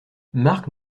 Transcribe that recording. marc